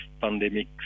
pandemic